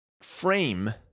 frame